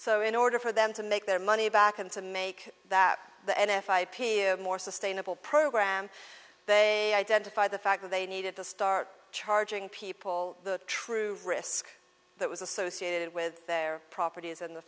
so in order for them to make their money back and to make that the f i appear more sustainable program they identify the fact that they needed to start charging people the true risk that was associated with their properties in the